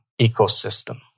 ecosystem